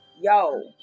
yo